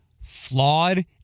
flawed